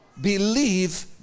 Believe